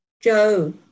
Joe